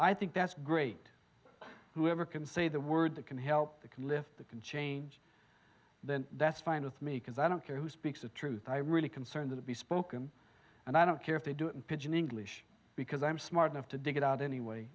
i think that's great whoever can say the word that can help can lift the can change then that's fine with me because i don't care who speaks the truth i really concern that it be spoken and i don't care if they do it in pigeon english because i'm smart enough to dig it out anyway